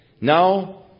Now